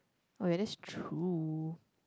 okay that's true